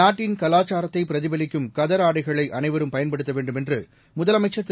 நாட்டின் கலாச்சாரத்தை பிரதிபலிக்கும் கதர் ஆடைகளை அனைவரும் பயன்படுத்த வேண்டும் என்று முதலமைச்சர் திரு